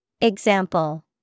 Example